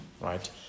right